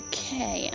Okay